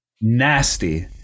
nasty